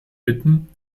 bitten